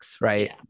right